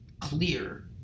clear